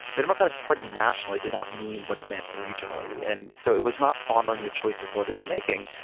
the democratic party nationally did not mean what it meant regionally. and so it was not honoring the choices voters are making.